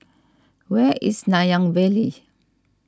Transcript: where is Nanyang Valley